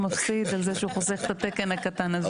מפסיד על זה שהוא חוסך את התקן הקטן הזה (בצחוק).